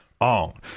on